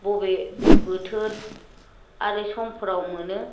बबे बोथोर आरो समफोराव मोनो